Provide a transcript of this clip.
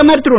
பிரதமர் திரு